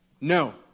No